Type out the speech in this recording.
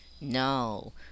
No